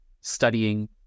studying